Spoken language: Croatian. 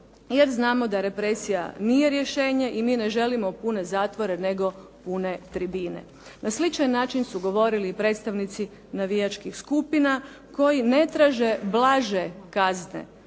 jer znamo da represija nije rješenje i mi ne želimo pune zatvore, nego pune tribine. Na sličan način su govorili i predstavnici navijačkih skupina koji ne traže blaže kazne